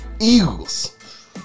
Eagles